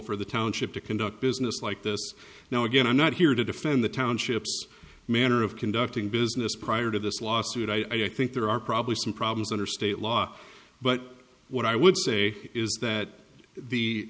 for the township to conduct business like this now again i'm not here to defend the townships manner of conducting business prior to this lawsuit i think there are probably some problems under state law but what i would say is that the